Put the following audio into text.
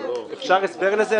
אפשר הסבר לזה?